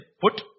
put